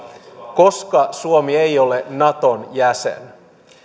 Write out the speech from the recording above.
koska suomi ei ole naton jäsen